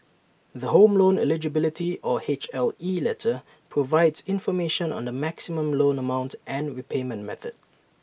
the home loan eligibility or H L E letter provides information on the maximum loan amount and repayment period